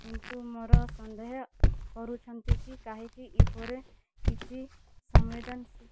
କିନ୍ତୁ ମୋର ସନ୍ଦେହ କରୁଛନ୍ତି କି କାହିଁକି ଉପରେ କିଛି ସମ୍ବେଦନଶୀଳ